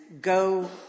go